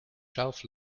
shelf